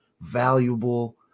valuable